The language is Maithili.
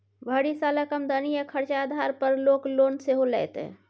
भरि सालक आमदनी आ खरचा आधार पर लोक लोन सेहो लैतै